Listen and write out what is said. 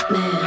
Man